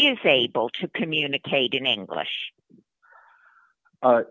is able to communicate in english